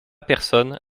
personne